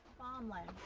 farmland?